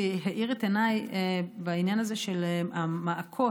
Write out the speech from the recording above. שהאיר את עיניי בעניין הזה של המעקות.